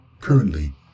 currently